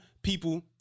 people